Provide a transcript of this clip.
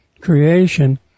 creation